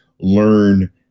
learn